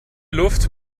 luft